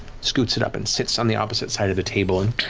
scoots it up and sits on the opposite side of the table and